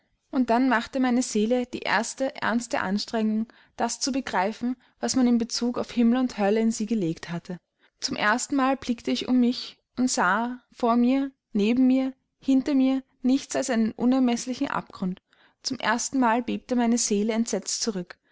und dann machte meine seele die erste ernste anstrengung das zu begreifen was man in bezug auf himmel und hölle in sie gelegt hatte zum erstenmal blickte ich um mich und sah vor mir neben mir hinter mir nichts als einen unermeßlichen abgrund zum erstenmal bebte meine seele entsetzt zurück